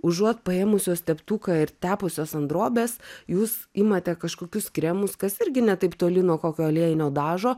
užuot paėmusios teptuką ir tepusios ant drobės jūs imate kažkokius kremus kas irgi ne taip toli nuo kokio aliejinio dažo